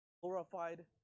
glorified